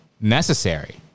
necessary